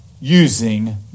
using